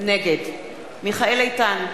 נגד מיכאל איתן,